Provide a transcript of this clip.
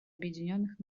объединенных